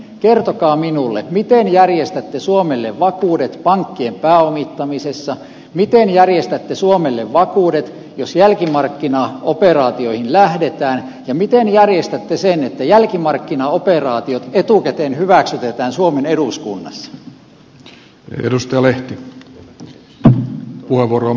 kertokaa minulle miten järjestätte suomelle vakuudet pankkien pääomittamisessa miten järjestätte suomelle vakuudet jos jälkimarkkinaoperaatioihin lähdetään ja miten järjestätte sen että jälkimarkkinaoperaatiot etukäteen hyväksytetään suomen eduskunnassa